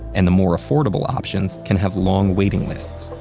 and the more affordable options can have long waiting lists.